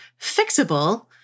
fixable